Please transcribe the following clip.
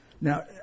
Now